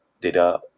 data